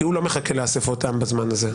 כי הוא לא מחכה לאספות-עם בזמן הזה.